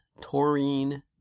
taurine